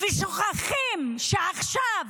ושוכחים שעכשיו,